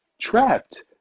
trapped